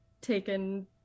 taken